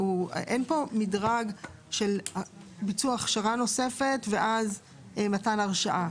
אין פה מדרג של ביצוע הכשרה נוספת ואז מתן הרשאה.